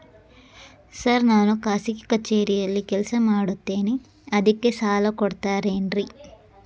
Sir ನಾನು ಖಾಸಗಿ ಕಚೇರಿಯಲ್ಲಿ ಕೆಲಸ ಮಾಡುತ್ತೇನೆ ಅದಕ್ಕೆ ಸಾಲ ಕೊಡ್ತೇರೇನ್ರಿ?